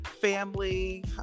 family